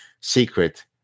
secret